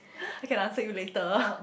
I can answer you later